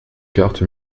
cartes